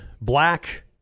black